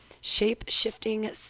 shape-shifting